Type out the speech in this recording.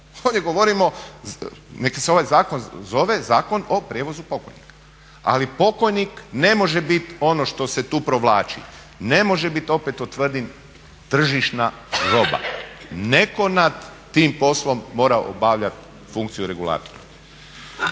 Ovdje govorimo neka se ovaj zakon zove Zakon o prijevozu pokojnika, ali pokojnik ne može bit ono što se tu provlači, ne može bit opet to tvrdim tržišna roba. Netko nad tim poslom mora obavljat funkciju regulatora.